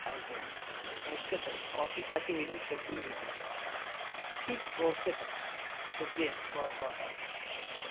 south Delhi okay sir office آکے visit کرکے میں معلوم ٹھیک ہے اوکے سر شکریہ بہت بہت آپ کا